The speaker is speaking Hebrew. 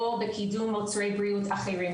או בקידום מוצרי בריאות אחרים,